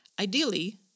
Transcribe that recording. Ideally